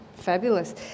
Fabulous